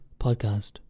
podcast